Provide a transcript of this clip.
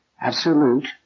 Absolute